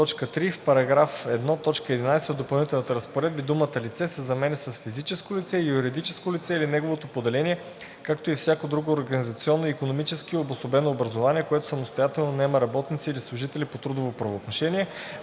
В § 1, т. 11 от допълнителните разпоредби думата „лице“ се заменя с „физическо лице, юридическо лице или негово поделение, както и всяко друго организационно и икономически обособено образувание, което самостоятелно наема работници или служители по трудово правоотношение“.